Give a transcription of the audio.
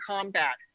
combat